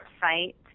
site